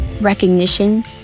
recognition